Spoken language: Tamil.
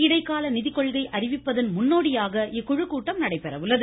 இடைக்கால நிதிக்கொள்கை அறிவிப்பதன் முன்னோடியாக இக்குழுகூட்டம் நடைபெற உள்ளது